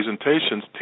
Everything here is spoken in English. presentations